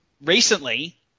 recently